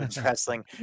wrestling